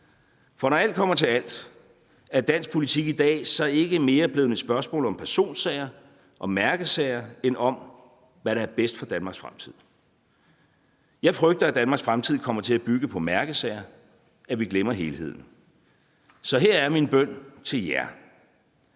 For når alt kommer til alt, er dansk politik i dag så ikke mere blevet et spørgsmål om personsager og mærkesager end om, hvad der er bedst for Danmarks fremtid? Jeg frygter, at Danmarks fremtid kommer til at bygge på mærkesager, og at vi glemmer helheden. Så her er min bøn til jer: